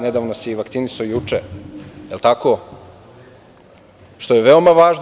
Nedavno se i vakcinisao, juče, je li tako, što je veoma važno.